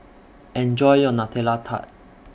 Enjoy your Nutella Tart